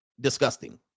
disgusting